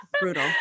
Brutal